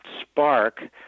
spark